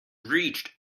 reached